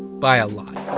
by a lot,